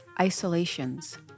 isolations